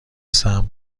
سمت